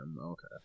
Okay